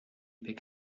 pick